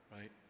Right